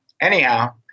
anyhow